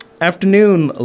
afternoon